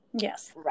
Yes